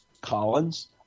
Collins